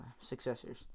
successors